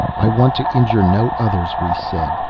i want to injure no others, rhes said.